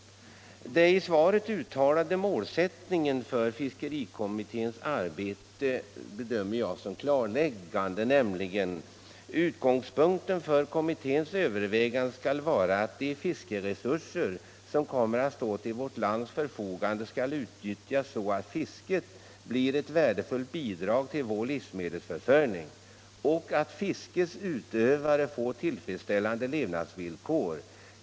Den i svaret uttalade målsättningen för fiskerikommitténs arbete bedömer jag som klarläggande, nämligen "Utgångspunkten för kommitténs överväganden skall vara att de fiskeresurser som kommer att stå till vårt lands förfogande skall utnyttjas så att fisket blir ett värdefullt bidrag till vår livsmedelsförsörjning och att fiskets utövare får tillfredsställande levnadsvillkor.